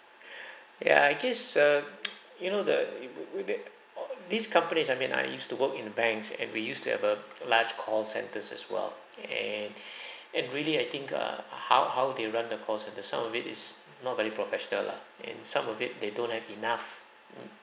ya I guess uh you know the or these companies I mean I used to work in banks and we used to have a large call centers as well and and really I think err how how they run the calls and the sound of it is not very professional lah and some of it they don't have enough